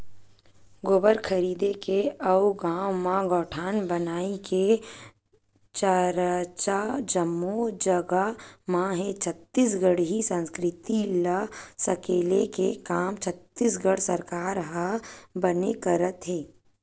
गोबर खरीदे के अउ गाँव म गौठान बनई के चरचा जम्मो जगा म हे छत्तीसगढ़ी संस्कृति ल सकेले के काम छत्तीसगढ़ सरकार ह बने करत हे